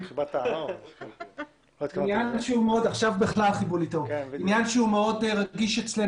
בטח גם עכשיו בתקופת קורונה הם צריכים לעבור את כל התהליך